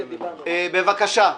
יעל, בבקשה.